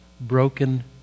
broken